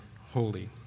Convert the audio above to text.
holy